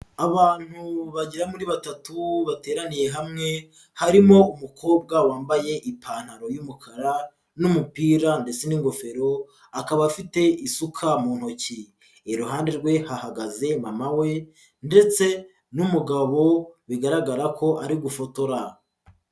Abantu bagera muri batatu bateraniye hamwe, harimo umukobwa wambaye ipantaro y'umukara n'umupira ndetse n'ingofero akaba afite isuka mu ntoki, iruhande rwe hahagaze mama we ndetse n'umugabo bigaragara ko ari gufotora.